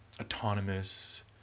autonomous